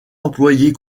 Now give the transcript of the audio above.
employés